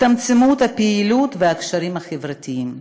והצטמצמות הפעילות והקשרים החברתיים.